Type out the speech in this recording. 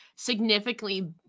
significantly